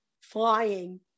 flying